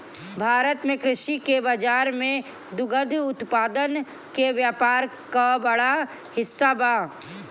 भारत में कृषि के बाजार में दुग्ध उत्पादन के व्यापार क बड़ा हिस्सा बा